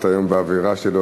אתה היום באווירה של להודות.